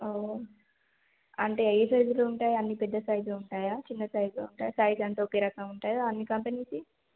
ఓ అంటే ఏ సైజ్లో ఉంటాయి అన్నీ పెద్ద సైజ్లో ఉంటాయా చిన్న సైజ్లో ఉంటాయా సైజ్ అంతా ఒక రకంగా ఉంటాయా అన్ని కంపెనీస్వి